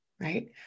right